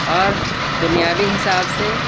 اور دنیاوی حساب سے